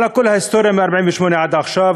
על כל ההיסטוריה מ-1948 ועד עכשיו,